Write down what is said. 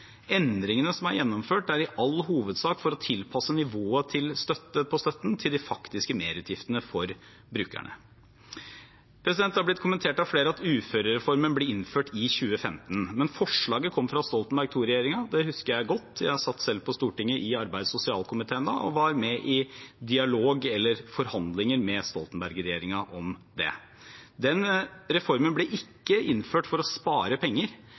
Endringene som er gjennomført, er i all hovedsak for å tilpasse nivået på støtten til de faktiske merutgiftene for brukerne. Flere har kommentert at uførereformen ble innført i 2015, men forslaget kom fra Stoltenberg II-regjeringen. Det husker jeg godt. Jeg satt selv på Stortinget da, i arbeids- og sosialkomiteen, og var med i forhandlinger med Stoltenberg-regjeringen om det. Reformen ble ikke innført for å spare penger.